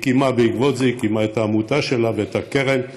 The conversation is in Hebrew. בעקבות זה היא הקימה את העמותה שלה ואת הקרן,